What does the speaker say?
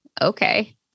okay